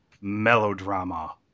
melodrama